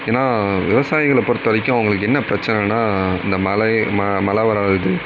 ஏன்னால் விவசாயிகளை பொறுத்தவரைக்கும் அவங்களுக்கு என்ன பிரச்சனைன்னால் இந்த மழை மழை வராதது